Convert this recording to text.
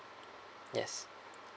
yes